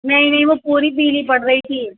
نہیں نہیں وہ پوری پیلی پڑ رہی تھی